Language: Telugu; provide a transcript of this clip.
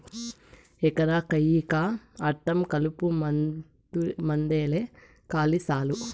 ఎకరా కయ్యికా అర్థం కలుపుమందేలే కాలి సాలు